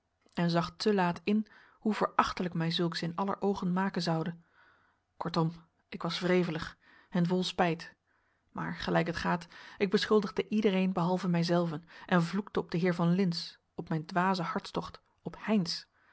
worden en zag te laat in hoe verachtelijk mij zulks in aller oogen maken zoude kortom ik was wrevelig en vol spijt maar gelijk het gaat ik beschuldigde iedereen behalve mijzelven en vloekte op den heer van lintz op mijn dwazen hartstocht op